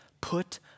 put